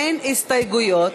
אין הסתייגויות.